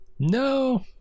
no